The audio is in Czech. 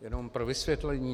Jenom pro vysvětlení.